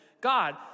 God